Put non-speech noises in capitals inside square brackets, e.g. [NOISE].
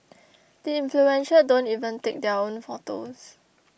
[NOISE] the influential don't even take their own photos